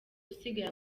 usigaye